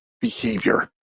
behavior